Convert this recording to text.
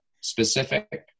specific